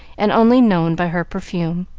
and only known by her perfume.